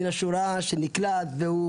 מן השורה שנקלט והוא,